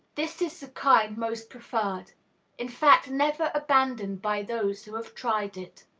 this is the kind most preferred in fact, never abandoned by those who have tried it.